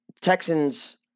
Texans